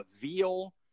veal